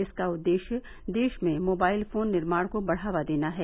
इसका उदेश्य देश में मोबाइल फोन निर्माण को बढ़ावा देना है